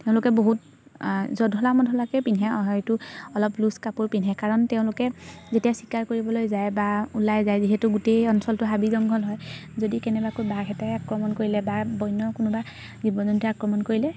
তেওঁলোকে বহুত জধলা মধলাকৈ পিন্ধে হয়তো অলপ লুজ কাপোৰ পিন্ধে কাৰণ তেওঁলোকে যেতিয়া চিকাৰ কৰিবলৈ যায় বা ওলাই যায় যিহেতু গোটেই অঞ্চলটো হাবি জংঘল হয় যদি কেনেবাকৈ বাঘ এটাই আক্ৰমণ কৰিলে বা বন্য কোনোবা জীৱ জন্তুৱে আক্ৰমণ কৰিলে